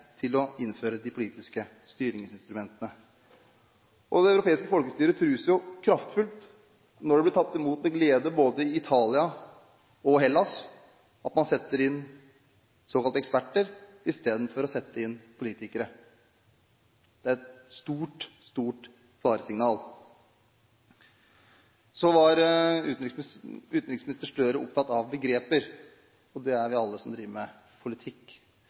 til å innføre de politiske styringsinstrumentene. Det europeiske folkestyret trues jo kraftfullt når det blir tatt imot med glede i både Italia og Hellas at man setter inn såkalte eksperter istedenfor å sette inn politikere. Det et stort, stort faresignal. Så var utenriksminister Gahr Støre opptatt av begreper, og det er vi alle som driver med politikk.